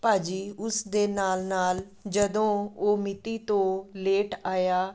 ਭਾਅ ਜੀ ਉਸ ਦੇ ਨਾਲ ਨਾਲ ਜਦੋਂ ਉਹ ਮਿਤੀ ਤੋਂ ਲੇਟ ਆਇਆ